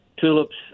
tulips